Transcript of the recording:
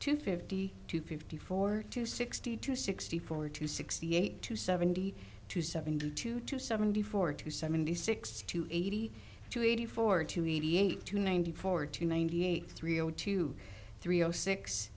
to fifty to fifty four to sixty to sixty four to sixty eight to seventy to seventy two to seventy four to seventy six to eighty two eighty four to eighty eight to ninety four to ninety eight three zero two three zero six